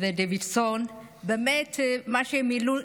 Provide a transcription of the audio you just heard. מה אני יכול להגיד?